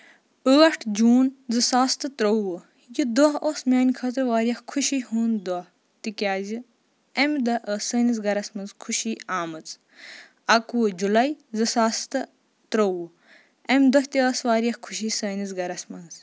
ٲٹھ جوٗن زٕ ساس تہٕ ترٛۆوُہ یہِ دۄہ اوس میانہِ خٲطرٕ واریاہ خوشی ہُند دۄہ تِکیازِ اَمہِ دۄہ ٲسۍ سٲنِس گرس منٛز خوشی آمٕژ اَکہٕ وُہ جولاے زٕ ساس تہٕ ترٛۆوُہ اَمہِ دۄہ تہِ ٲسۍ واریاہ خۄشی سٲنِس گرس منٛز